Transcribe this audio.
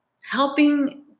helping